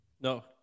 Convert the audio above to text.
No